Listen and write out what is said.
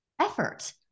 effort